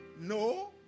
No